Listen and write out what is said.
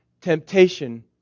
temptation